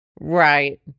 Right